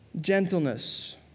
gentleness